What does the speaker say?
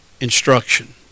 instruction